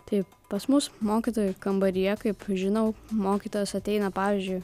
taip pas mus mokytojų kambaryje kaip žinau mokytojas ateina pavyzdžiui